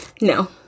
No